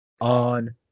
on